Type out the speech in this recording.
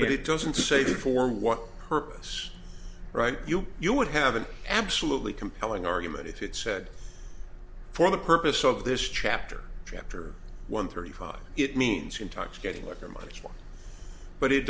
t it doesn't say for what purpose right you would have an absolutely compelling argument if it said for the purpose of this chapter chapter one thirty five it means intoxicating liquor much more but it